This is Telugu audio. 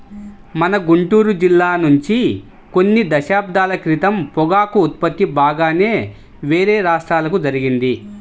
మన గుంటూరు జిల్లా నుంచి కొన్ని దశాబ్దాల క్రితం పొగాకు ఉత్పత్తి బాగానే వేరే రాష్ట్రాలకు జరిగింది